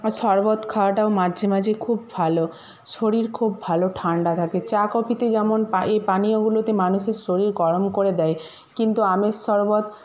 আর শরবত খাওয়াটাও মাঝে মাঝে খুব ভালো শরীর খুব ভালো ঠান্ডা থাকে চা কফিতে যেমন পা এই পানীয়গুলোতে মানুষের শরীর গরম করে দেয় কিন্তু আমের শরবত